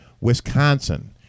Wisconsin